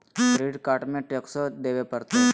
Credit card में टेक्सो देवे परते?